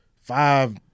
five